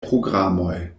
programoj